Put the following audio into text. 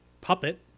puppet